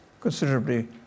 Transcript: considerably